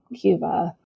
Cuba